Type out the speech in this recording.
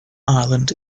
ireland